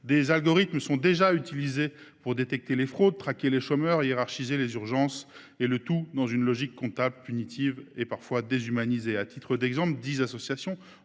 des algorithmes sont déjà utilisés pour détecter les fraudes, traquer les chômeurs, hiérarchiser les urgences, le tout dans une logique comptable, punitive et parfois déshumanisée. Par exemple, quelque dix associations, dont